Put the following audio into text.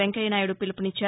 వెంకయ్య నాయుడు పిలుపునిచ్చారు